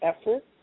effort